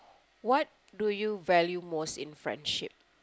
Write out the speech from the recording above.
what do you value most in friendship